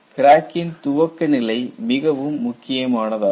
கிராக்கின் துவக்கநிலை மிகவும் முக்கியமானதாகும்